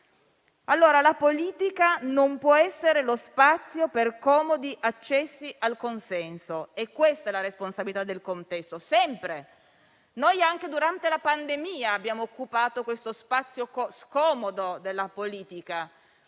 La politica non può essere lo spazio per comodi accessi al consenso e questa è la responsabilità del contesto, sempre. Noi anche durante la pandemia abbiamo occupato questo spazio scomodo della politica.